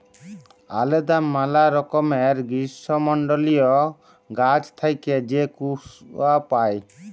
আলেদা ম্যালা রকমের গীষ্মমল্ডলীয় গাহাচ থ্যাইকে যে কূয়া পাই